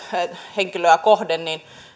henkilöä kohden